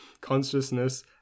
consciousness